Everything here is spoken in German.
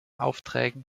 aufträgen